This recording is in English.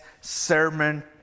sermon